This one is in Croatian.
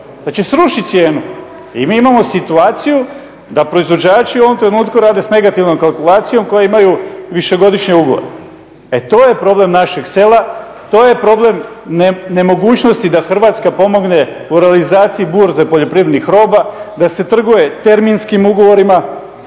da će srušit cijenu i mi imamo situaciju da proizvođači u ovom trenutku rade s negativnom kalkulacijom koja imaju višegodišnje ugovore. E to je problem našeg sela, to je problem nemogućnosti da Hrvatska pomogne u realizaciji burze poljoprivrednih roba, da se trguje terminskim ugovorima.